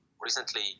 recently